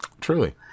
Truly